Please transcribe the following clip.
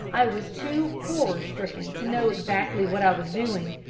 i was too horror-stricken to know exactly what i was doing,